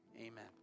amen